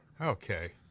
okay